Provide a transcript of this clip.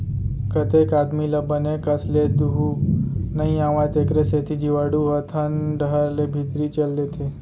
कतेक आदमी ल बने कस ले दुहे नइ आवय तेकरे सेती जीवाणु ह थन डहर ले भीतरी चल देथे